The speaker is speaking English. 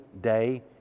day